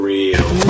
Real